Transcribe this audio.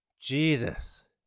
Jesus